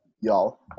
y'all